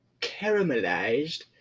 caramelized